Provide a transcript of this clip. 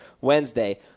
Wednesday